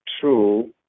true